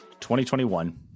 2021